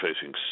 facing